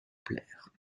plaire